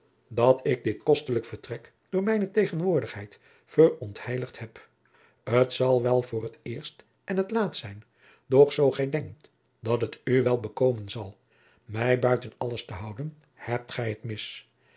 dat ik dit kostelijk vertrek door mijne tegenwoordigheid verontheiligd heb t zal wel voor t eerst en t laatst zijn doch zoo gij denkt dat het u wel bekomen zal mij buiten alles te houden hebt gij het mis